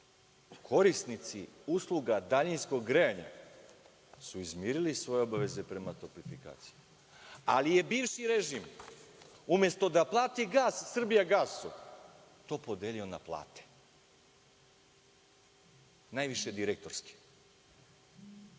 korisnici usluga daljinskog grejanja su izmirili svoje obaveze prema toplifikaciji. Bivši režim je, umesto da plati gas „Srbijagasu“ to podelio na plate, najviše direktorske. Drugi